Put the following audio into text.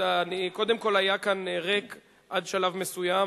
קודם כול היה כאן ריק עד שלב מסוים.